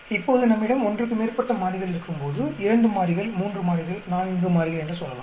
இப்போது நம்மிடம் ஒன்றுக்கு மேற்பட்ட மாறிகள் இருக்கும்போது இரண்டு மாறிகள் மூன்று மாறிகள் நான்கு மாறிகள் என்று சொல்லலாம்